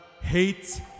hate